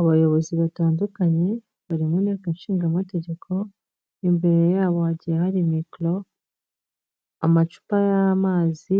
Abayobozi batandukanye bari mu nteko inshinga amategeko, imbere yabo hagiye hari mikoro, amacupa y'amazi,